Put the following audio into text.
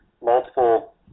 multiple